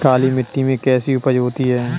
काली मिट्टी में कैसी उपज होती है?